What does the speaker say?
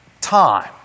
time